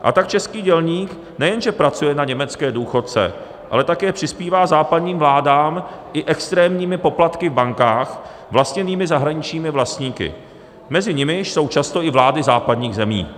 A tak český dělník nejenže pracuje na německé důchodce, ale také přispívá západním vládám i extrémními poplatky v bankách vlastněných zahraničními vlastníky, mezi nimiž jsou často i vlády západních zemí.